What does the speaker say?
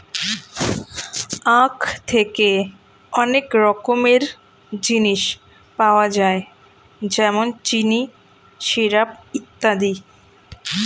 আখ থেকে অনেক রকমের জিনিস পাওয়া যায় যেমন চিনি, সিরাপ ইত্যাদি